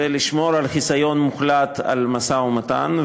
לשמור על חיסיון מוחלט על המשא-ומתן,